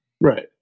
Right